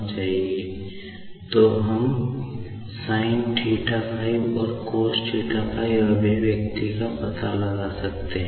और तो हम sinθ5 और cosθ5 अभिव्यक्ति का पता लगा सकते हैं